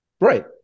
Right